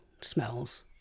smells